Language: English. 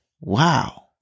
Wow